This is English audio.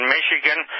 Michigan